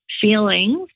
feelings